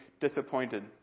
disappointed